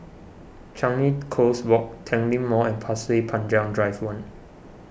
Changi Coast Walk Tanglin Mall and Pasir Panjang Drive one